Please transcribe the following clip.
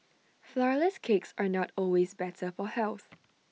Flourless Cakes are not always better for health